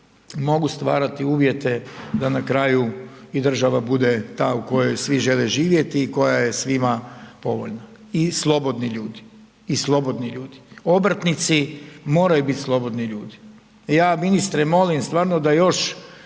mogu stvarati uvjete da na kraju i država bude ta u kojoj svi žele živjeti i koja je svima povoljna i slobodni ljudi i slobodni ljudi. Obrtnici moraju bit slobodni ljudi. Ja ministre molim stvarno da još